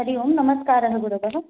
हरिः ओं नमस्कारः गुरवः